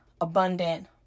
abundant